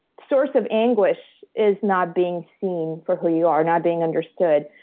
source of anguish is not being seen for who you are, not being understood.